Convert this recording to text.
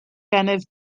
gennyf